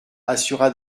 assurera